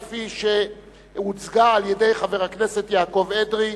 כפי שהוצגה על-ידי חבר הכנסת יעקב אדרי.